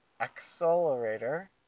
accelerator